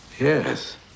Yes